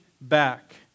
back